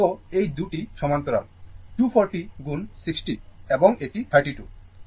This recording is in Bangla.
তো এই দুটি সমান্তরাল 240 গুণ 60 এবং এটি 32